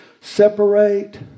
separate